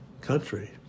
country